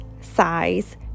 size